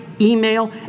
email